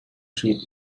sheep